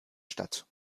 statt